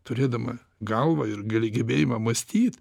turėdama galvą ir gali gebėjimą mąstyt